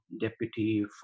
deputy